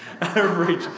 Average